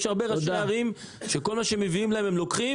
יש הרבה ראשי ערים שכל מה שמביאים להם הם לוקחים